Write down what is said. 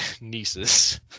nieces